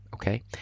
okay